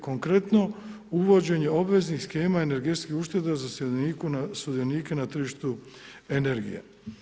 Konkretno, uvođenje obveznih shema energetskih ušteda za sudionike na tržištu energije.